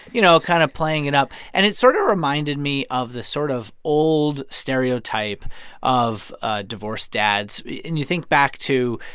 you know, kind of playing it up. and it sort of reminded me of the sort of old stereotype of ah divorced dads. and you think back to,